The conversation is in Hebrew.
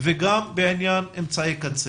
וגם בעניין אמצעי הקצה.